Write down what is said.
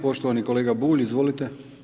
Poštovani kolega Bulj, izvolite.